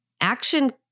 Action